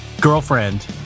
girlfriend